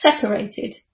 separated